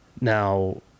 Now